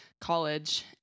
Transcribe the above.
college